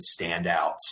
standouts